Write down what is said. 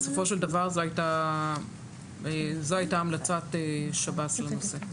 בסופו של דבר זו הייתה המלצת שב"ס לנושא.